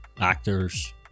actors